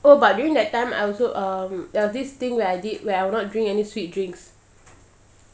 oh but during that time I also um uh this thing where I did where I will not drink any sweet drinks